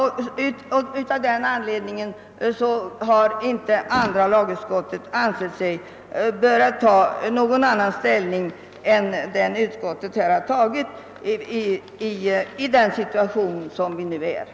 Av den anledningen har andra lagutskottet inte ansett sig böra ta annan ställning i frågan än vad som här redovisats.